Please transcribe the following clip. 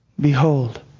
behold